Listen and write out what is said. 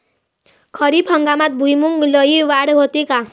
खरीप हंगामात भुईमूगात लई वाढ होते का?